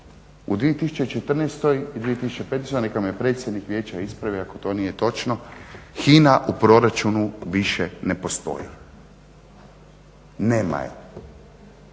u 2014. i 2015., neka me predsjednik Vijeća ispravi ako to nije točno, HINA u proračunu više ne postoji, nema je.